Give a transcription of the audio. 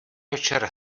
večer